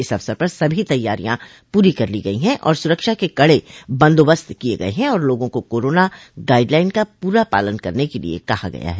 इस अवसर पर सभो तैयारियां पूरी कर ली गई है और सुरक्षा के कड़ें बन्दोबस्त किये गये हैं और लोगों को कोरोना गाइडलाइन का पूरा पालन करने के लिए कहा गया है